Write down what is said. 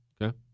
Okay